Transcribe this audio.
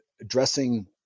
addressing